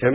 M